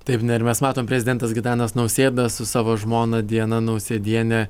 taip ne ir mes matom prezidentas gitanas nausėda su savo žmona diana nausėdiene